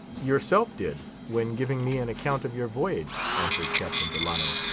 yourself did, when giving me an account of your voyage, answered captain delano,